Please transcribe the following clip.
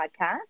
podcast